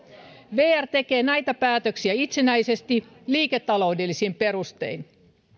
vr tekee näitä päätöksiä itsenäisesti liiketaloudellisin perustein